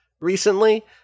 recently